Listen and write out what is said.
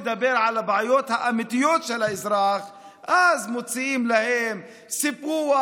במקום לדבר על הבעיות האמיתיות של האזרח מוצאים להם סיפוח,